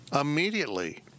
immediately